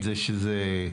שלום,